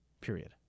period